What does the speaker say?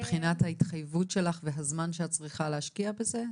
מבחינת ההתחייבות שלך והזמן שאת צריכה להשקיע בזה?